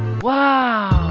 wow!